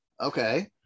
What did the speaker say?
Okay